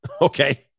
Okay